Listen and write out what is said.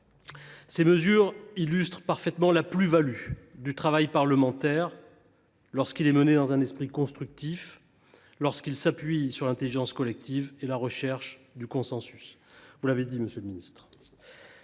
ces mesures illustrent parfaitement la plus value qu’apporte le travail parlementaire lorsqu’il est mené dans un esprit constructif, lorsqu’il s’appuie sur l’intelligence collective et la recherche du consensus. La révision à la baisse